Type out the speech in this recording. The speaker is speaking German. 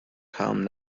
kamen